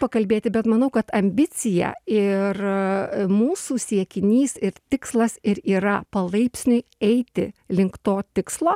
pakalbėti bet manau kad ambicija ir mūsų siekinys ir tikslas ir yra palaipsniui eiti link to tikslo